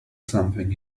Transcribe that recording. something